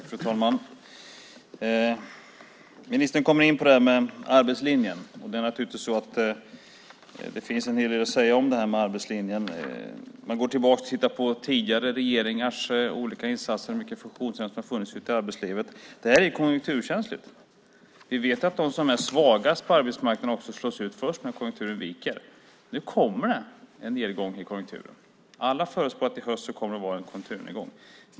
Fru talman! Ministern kommer in på frågan om arbetslinjen. Det finns en hel del att säga om arbetslinjen. Om man går tillbaka och tittar på tidigare regeringars olika insatser och hur många funktionshindrade som har funnits ute i arbetslivet ser man att det är konjunkturkänsligt. Vi vet att de som är svagast på arbetsmarknaden också slås ut först när konjunkturen viker. Nu kommer det en nedgång i konjunkturen. Alla förutspår att det i höst kommer att vara en konjunkturnedgång.